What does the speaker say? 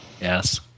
Yes